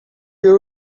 you